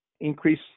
increase